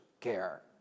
care